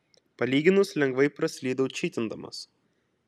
palyginus lengvai praslydau čytindamas